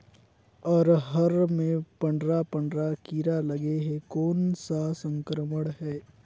अरहर मे पंडरा पंडरा कीरा लगे हे कौन सा संक्रमण हे?